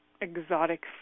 exotic